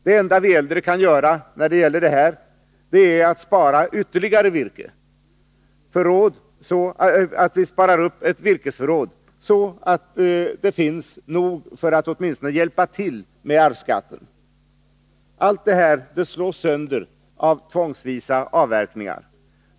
Det enda vi äldre kan göra är att spara ytterligare virkesförråd, så att det finns kapital för åtminstone en del av arvsskatten. Allt det här slås sönder av tvångsvisa avverkningar.